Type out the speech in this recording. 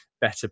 better